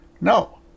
No